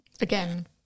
Again